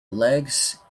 legs